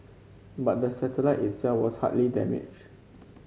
but the satellite itself was hardly damaged